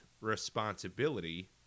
responsibility